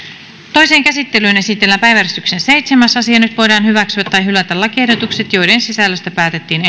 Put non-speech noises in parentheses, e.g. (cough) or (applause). toiseen käsittelyyn esitellään päiväjärjestyksen seitsemäs asia nyt voidaan hyväksyä tai hylätä lakiehdotukset joiden sisällöstä päätettiin (unintelligible)